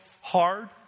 hard